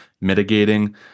mitigating